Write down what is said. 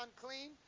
unclean